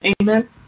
Amen